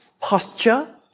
posture